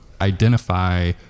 identify